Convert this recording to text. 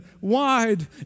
wide